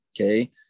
Okay